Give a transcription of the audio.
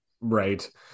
Right